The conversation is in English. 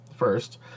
First